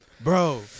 Bro